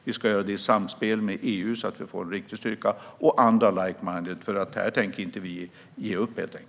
Vi ska göra det i samspel med EU och andra likeminded, så att vi får en riktig styrka. Här tänker vi nämligen inte ge upp.